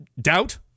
doubt